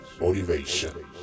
motivation